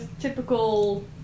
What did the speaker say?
typical